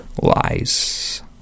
lies